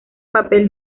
papel